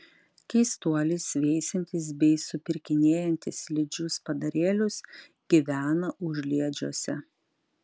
keistuolis veisiantis bei supirkinėjantis slidžius padarėlius gyvena užliedžiuose